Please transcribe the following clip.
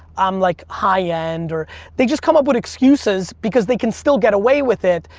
i'm like high end or they just come up with excuses because they can still get away with it,